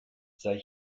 sei